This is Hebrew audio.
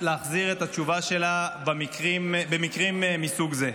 להחזיר את התשובה שלה במקרים מסוג זה.